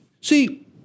See